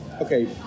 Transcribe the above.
Okay